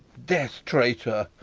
death, traitor!